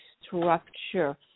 structure